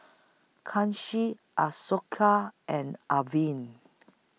Kanshi Ashoka and Arvind